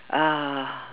uh